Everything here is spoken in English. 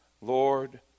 Lord